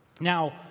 Now